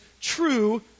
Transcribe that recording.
true